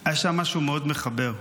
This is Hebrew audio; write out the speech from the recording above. היה שם משהו מאוד מחבר.